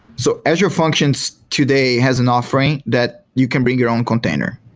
so azure functions today has an offering that you can bring your own container.